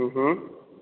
हुँ हुँ